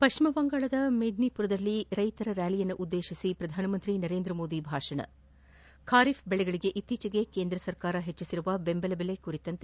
ಪಶ್ಚಿಮ ಬಂಗಾಳದ ಮಿಡ್ನಾಪುರದಲ್ಲಿ ರೈತರ ರ್ಜಾಲಿ ಉದ್ದೇತಿಸಿ ಪ್ರಧಾನಮಂತ್ರಿ ನರೇಂದ್ರಮೋದಿ ಭಾಷಣ ಖಾರೀಫ್ ಬೆಳೆಗಳಿಗೆ ಇತ್ತೀಚೆಗೆ ಕೇಂದ್ರ ಸರ್ಕಾರ ಹೆಚ್ಚಿಸಿದ ಬೆಂಬಲ ಬೆಲೆ ಕುರಿತು ಮಾಹಿತಿ